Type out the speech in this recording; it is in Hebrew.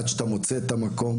עד שאתה מוצא את המקום.